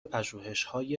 پژوهشهای